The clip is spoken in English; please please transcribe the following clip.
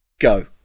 go